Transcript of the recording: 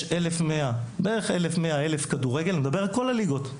יש בערך 1,100 משחקי כדורגל בכל הליגות.